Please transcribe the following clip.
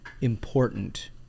important